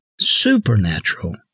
supernatural